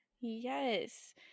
Yes